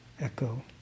echo